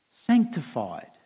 sanctified